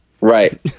Right